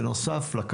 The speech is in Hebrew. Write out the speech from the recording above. ונוסף על כך,